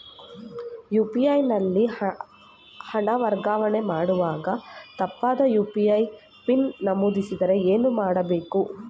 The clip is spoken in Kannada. ಯು.ಪಿ.ಐ ನಲ್ಲಿ ಹಣ ವರ್ಗಾವಣೆ ಮಾಡುವಾಗ ತಪ್ಪಾದ ಯು.ಪಿ.ಐ ಪಿನ್ ನಮೂದಿಸಿದರೆ ಏನು ಮಾಡಬೇಕು?